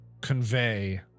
convey